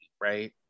right